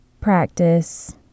practice